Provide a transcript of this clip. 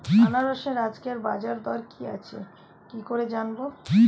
আনারসের আজকের বাজার দর কি আছে কি করে জানবো?